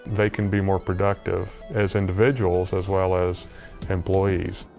they can be more productive as individuals as well as employees.